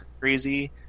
crazy